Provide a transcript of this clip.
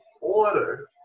order